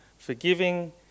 Forgiving